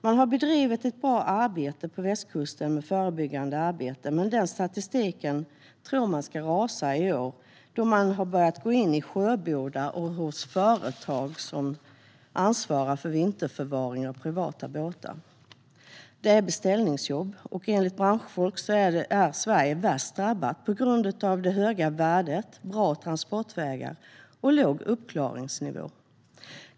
Man har bedrivet ett bra förebyggande arbete på västkusten, men statistiken därifrån tror man ska rasa i år då tjuvarna har börjat gå in i sjöbodar och hos företag som ansvarar för vinterförvaring av privata båtar. Det handlar om beställningsjobb, och enligt branschfolk är Sverige värst drabbat på grund av det höga värdet, bra transportvägar och låg uppklaringsnivå.